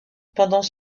pendant